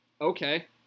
okay